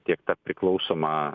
tiek ta priklausoma